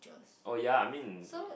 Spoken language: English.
oh ya I mean